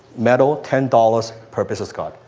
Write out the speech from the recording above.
metal, ten dollars per business card.